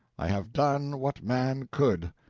i have done what man could.